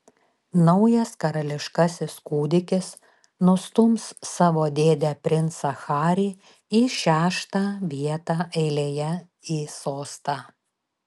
naujas karališkasis kūdikis nustums savo dėdę princą harį į šeštą vietą eilėje į sostą